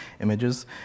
images